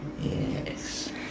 Yes